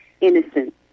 innocent